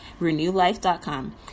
renewlife.com